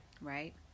Right